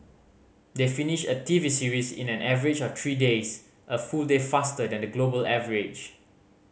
they finish a T V series in an average of three days a full day faster than the global average